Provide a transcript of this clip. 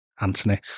Anthony